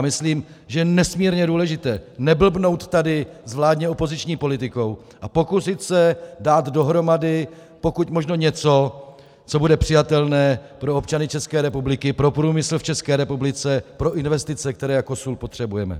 Myslím, že je nesmírně důležité neblbnout tady s vládně opoziční politikou a pokusit se dát dohromady pokud možno něco, co bude přijatelné pro občany České republiky, pro průmysl v České republice, pro investice, které jako sůl potřebujeme.